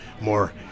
more